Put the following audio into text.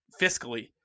fiscally